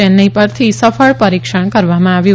ચેન્નાઈ પરથી સફળ પરિક્ષણ કરવામાં આવ્યું